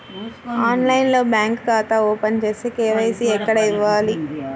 ఆన్లైన్లో బ్యాంకు ఖాతా ఓపెన్ చేస్తే, కే.వై.సి ఎక్కడ ఇవ్వాలి?